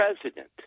president